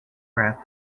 breath